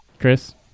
Chris